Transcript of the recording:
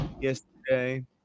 yesterday